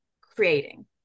creating